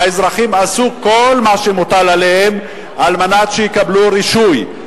שהאזרחים עשו כל מה שמוטל עליהם על מנת שיקבלו רישוי,